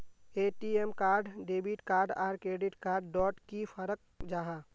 ATM card debit card आर credit card डोट की फरक जाहा?